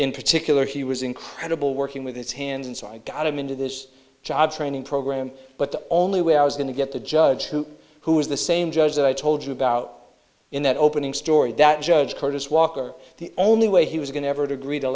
in particular he was incredible working with his hands and so i got him into this job training program but the only way i was going to get the judge who who was the same judge that i told you about in that opening story that judge curtis walker the only way he was going ever to agree to